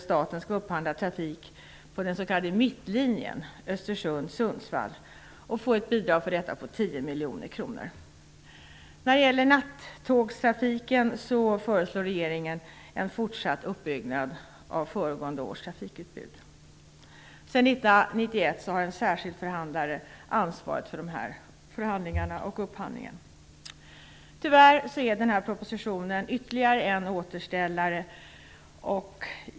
Sedan 1991 har en särskild förhandlare ansvaret för de här förhandlingarna och upphandlingen. Tyvärr är den här propositionen ytterligare en återställare.